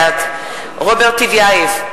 בעד רוברט טיבייב,